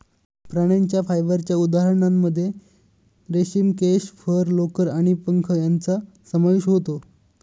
प्राण्यांच्या फायबरच्या उदाहरणांमध्ये रेशीम, केस, फर, लोकर आणि पंख यांचा समावेश होतो